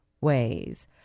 ways